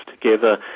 together